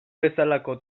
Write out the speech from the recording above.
bezalako